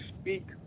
speak